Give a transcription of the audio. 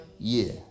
year